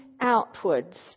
outwards